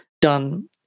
done